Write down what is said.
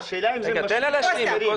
השאלה אם זה משליך --- דקה, תן לי להשלים משפט.